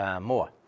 More